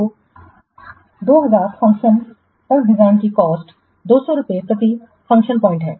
तो 2000 फ़ंक्शन तक डिज़ाइन की कॉस्ट200 रुपये प्रति फ़ंक्शन बिंदु है